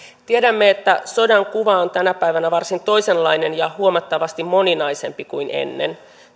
tiedämme että sodan kuva on tänä päivänä varsin toisenlainen ja huomattavasti moninaisempi kuin ennen